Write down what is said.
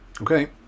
Okay